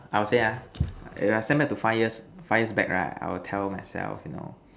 I will say ah yeah send back to five years five years back right I will tell myself you know